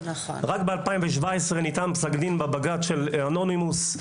רק ב-2017 ניתן פסק דין בבג"ץ של אנונימוס,